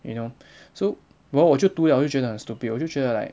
you know so !wah! 我就读 liao 我就觉得很 stupid 我就觉得 like